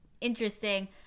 interesting